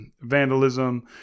vandalism